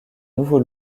nouveau